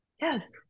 Yes